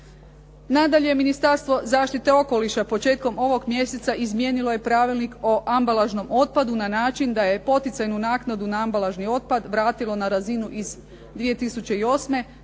Nadalje, Ministarstvo zaštite okoliša početkom ovog mjeseca izmijenilo je pravilnik o ambalažnom otpadu na način da je poticajnu naknadu na ambalažni otpad vratilo na razinu iz 2008.